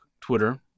Twitter